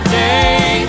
day